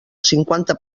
cinquanta